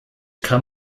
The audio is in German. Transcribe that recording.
kann